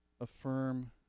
affirm